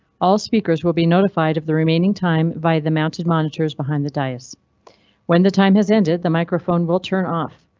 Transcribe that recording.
all speakers will be notified of the remaining time. by the mounted monitors behind the dais when the time has ended, the microphone will turn off.